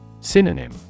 Synonym